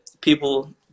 people